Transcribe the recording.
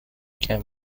can